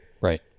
Right